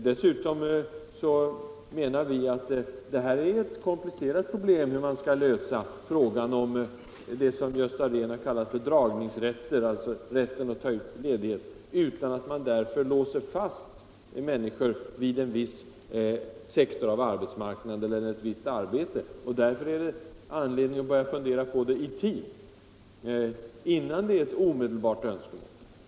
Vi anser att det är ett komplicerat problem hur man skall ordna det som Gösta Rehn kallar för dragningsrätten, dvs. rätten att ta ut ledighet, utan att man därför låser fast människor vid en viss sektor av arbetsmarknaden eller i ett visst arbete. Därför är det anledning att börja fundera i tid, innan det är ett omedelbart önskemål.